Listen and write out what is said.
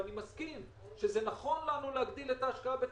אני מסכים שזה נכון לנו להגדיל את ההשקעה בתשתיות,